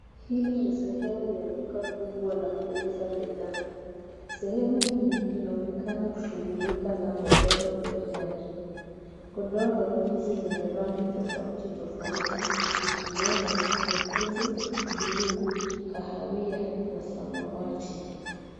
Hili ni sehemu ya duka kubwa la kuuza bidhaa. Sehemu hii inaonekana kushughulika na godoro pekee yake. Godoro hizi zina rangi tofauti tofauti ikiwemo nyekundu, blue ,kahawia na samawati.